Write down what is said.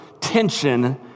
tension